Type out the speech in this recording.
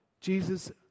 Jesus